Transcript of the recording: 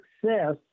success